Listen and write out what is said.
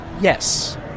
Yes